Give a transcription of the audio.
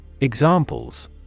Examples